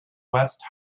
west